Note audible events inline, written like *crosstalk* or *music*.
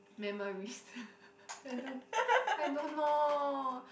memories *laughs* I don't I don't know